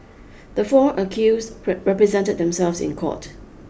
the four accused represented themselves in court